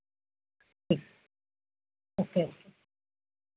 ठीक ओके